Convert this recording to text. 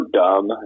dumb